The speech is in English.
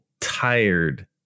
tired